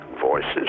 Voices